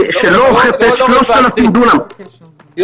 שלא אוכפת 3,000 דונם --- זה פשוט לא רלוונטי לדיון.